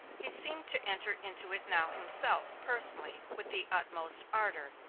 he seemed to enter into it now himself, personally, with the utmost ardor,